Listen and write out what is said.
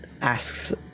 asks